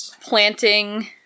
planting